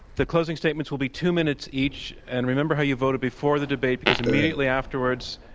the closing statements will be two minutes each. and remember how you voted before the debate because immediately afterwards,